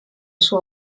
sua